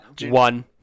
one